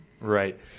Right